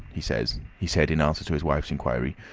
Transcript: he says, he said in answer to his wife's inquiry.